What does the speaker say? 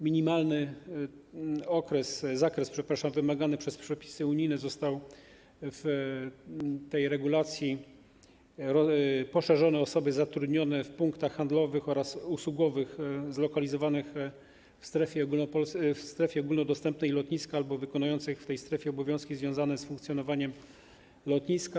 Minimalny zakres wymagany przez przepisy unijne został w tej regulacji poszerzony o osoby zatrudnione w punktach handlowych oraz usługowych zlokalizowanych w strefie ogólnodostępnej lotniska albo wykonujących w tej strefie obowiązki związane z funkcjonowaniem lotniska.